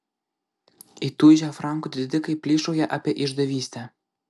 įtūžę frankų didikai plyšauja apie išdavystę